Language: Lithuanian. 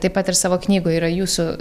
taip pat ir savo knygoj yra jūsų